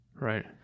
Right